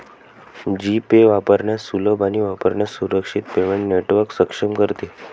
जी pay वापरण्यास सुलभ आणि वापरण्यास सुरक्षित पेमेंट नेटवर्क सक्षम करते